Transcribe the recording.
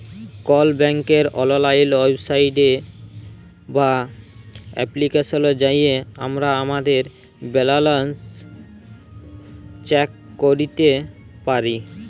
call ব্যাংকের অললাইল website বা এপ্লিকেশলে যাঁয়ে আমরা আমাদের ব্যাল্যাল্স চ্যাক ক্যইরতে পারি